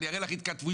אראה לך התכתבויות.